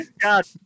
God